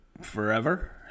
forever